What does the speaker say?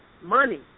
Money